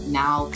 now